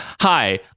Hi